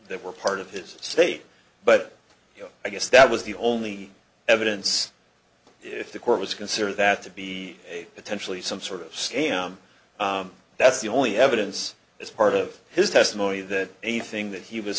that were part of his state but you know i guess that was the only evidence if the court was consider that to be a potentially some sort of scam that's the only evidence is part of his testimony that anything that he was